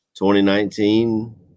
2019